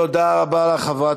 תודה רבה לחברת